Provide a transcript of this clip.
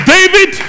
David